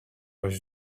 was